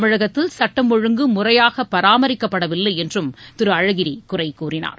தமிழகத்தில் சட்டம் ஒழுங்கு முறையாக பராமரிக்கப்படவில்லை என்றும் திரு அழகிரி குறை கூறினார்